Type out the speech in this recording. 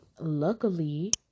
luckily